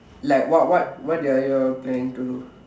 like what what what are you all planning to do